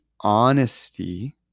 honesty